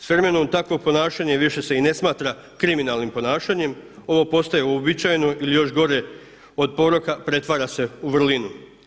S vremenom takvo ponašanje više se i ne smatra kriminalnim ponašanjem, ovo postaje uobičajeno ili još gore od poroka pretvara se u vrlinu.